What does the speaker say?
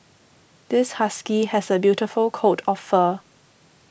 this husky has a beautiful coat of fur